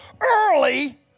Early